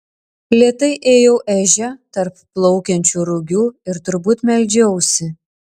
lėtai ėjau ežia tarp plaukiančių rugių ir turbūt meldžiausi